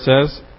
says